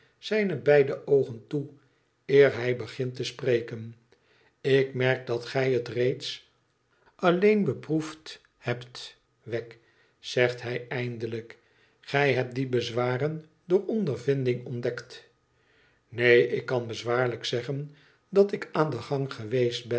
zijne beide oogen toe eer hij begint te spreken ik merk dat gij het reeds alleen beproefd hebt wegg zegt hij eindelijk gij hebt die bezwaren door ondervinding ontdekt neen ik kan bezwaarlijk zeggen dat ik aan den gang geweest ben